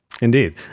Indeed